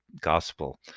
gospel